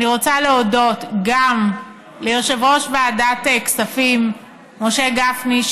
אני רוצה להודות גם ליושב-ראש ועדת הכספים משה גפני,